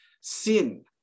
sin